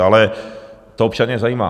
Ale to občany zajímá.